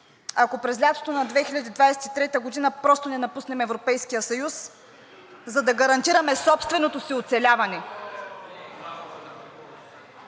ако през лятото на 2023 г. просто не напуснем Европейския съюз, за да гарантираме собственото си оцеляване?